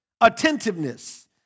Attentiveness